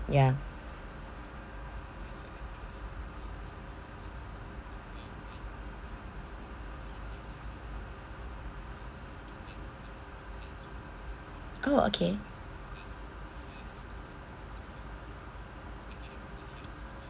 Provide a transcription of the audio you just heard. ya oh okay